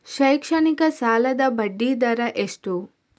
ಶೈಕ್ಷಣಿಕ ಸಾಲದ ಬಡ್ಡಿ ದರ ಎಷ್ಟು?